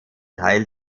teil